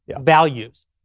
values